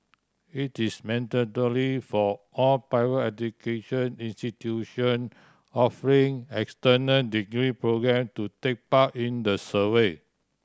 it is mandatory for all private education institution offering external degree programme to take part in the survey